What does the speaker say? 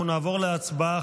אנחנו נעבור להצבעה.